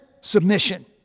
submission